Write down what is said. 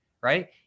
right